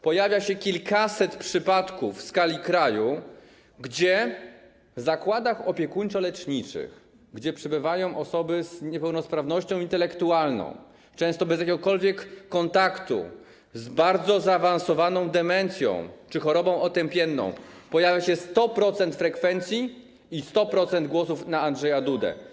Pojawia się kilkaset przypadków w skali kraju, gdzie w zakładach opiekuńczo-leczniczych, gdzie przebywają osoby z niepełnosprawnością intelektualną, często bez jakiegokolwiek kontaktu, z bardzo zaawansowaną demencją czy chorobą otępienną, jest 100% frekwencji i 100% głosów na Andrzeja Dudę.